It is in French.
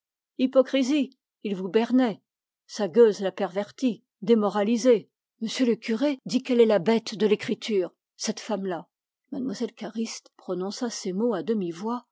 hypocrisie il vous bernait sa gueuse l'a perverti démoralisé m le curé dit qu'elle est la bête de l'écriture cette femme-là mlle cariste prononça ces mots à